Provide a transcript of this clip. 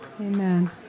amen